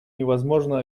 невозможно